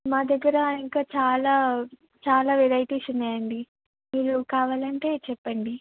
మా దగ్గర ఇంకా చాలా చాలా వెరైటీస్ ఉన్నాయండి మీరు కావాలంటే చెప్పండి